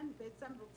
מנסה